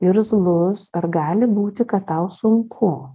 irzlus ar gali būti kad tau sunku